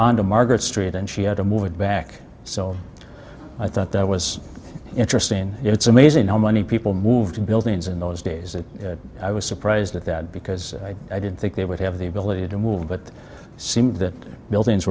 on to margaret street and she had to move it back so i thought that was interesting it's amazing how many people moved to buildings in those days and i was surprised at that because i did think they would have the ability to move but it seemed that buildings